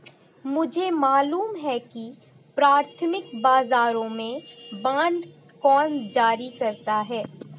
मुझे मालूम है कि प्राथमिक बाजारों में बांड कौन जारी करता है